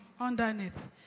underneath